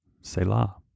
Selah